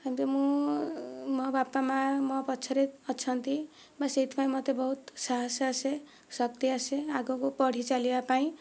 ଏମିତି ମୁଁ ମୋ ବାପା ମା ମୋ ପଛରେ ଅଛନ୍ତି ବା ସେଥିପାଇଁ ମୋତେ ବହୁତ ସାହସ ଆସେ ଶକ୍ତି ଆସେ ଆଗକୁ ପଢ଼ି ଚାଲିବା ପାଇଁ